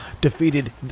defeated